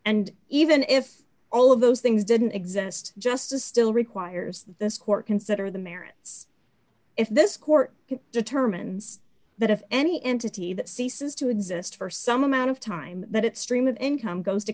and even if all of those things didn't exist just to still requires this court consider the merits if this court determines that if any entity that ceases to exist for some amount of time that it's stream of income goes to